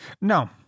No